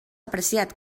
apreciat